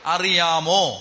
Ariamo